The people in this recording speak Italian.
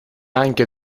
anche